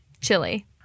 chili